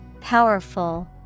Powerful